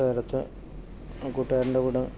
കൂട്ടുകാരൊത്ത് കൂട്ടുകാരന്റെ കൂടെ